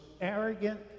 arrogant